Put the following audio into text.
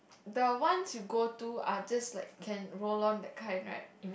the ones you go to are just like can roll on that kind right